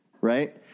right